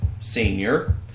senior